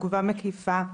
תגובה מקיפה,